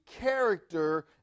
character